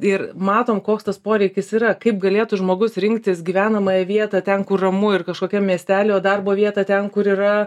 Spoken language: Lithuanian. ir matom koks tas poreikis yra kaip galėtų žmogus rinktis gyvenamąją vietą ten kur ramu ir kažkokiam miestely o darbo vietą ten kur yra